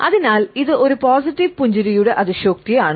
അതിനാൽ ഇത് ഒരു പോസിറ്റീവ് പുഞ്ചിരിയുടെ അതിശയോക്തിയാണ്